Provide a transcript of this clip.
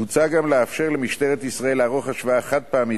מוצע גם לאפשר למשטרת ישראל לערוך השוואה חד-פעמית